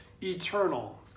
eternal